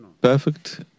perfect